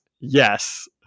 yes